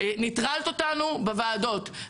נטרלת אותנו בוועדות,